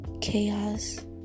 chaos